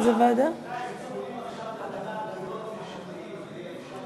להעביר את הצעת חוק שירות המדינה (גמלאות) (תיקון מס' 54),